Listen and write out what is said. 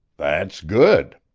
that's good.